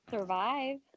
Survive